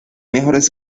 mejores